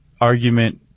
argument